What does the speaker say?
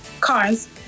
cars